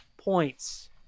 points